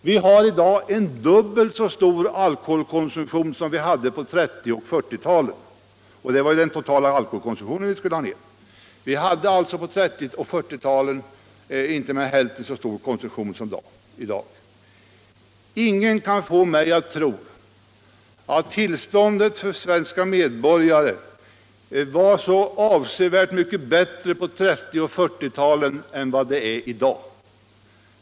Vi har i dag en dubbelt så stor alkoholkonsumtion som vi hade på 1930 och 1940-talen — och det var ju den totala alkoholkonsumtionen vi skulle ha ner. Vi hade alltså på 1930 och 1940-talen inte mer än hälften så stor alkoholkonsumtion som i dag. Ingen kan få mig att tro att tillståndet för svenska medborgare var så avsevärt mycket bättre på 1930 och 1940-talen än vad det är i dag.